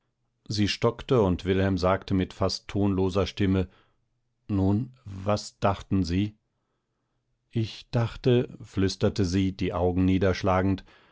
sie stockte und wilhelm sagte mit fast tonloser stimme nun was dachten sie ich dachte flüsterte sie die augen niederschlagend